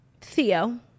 Theo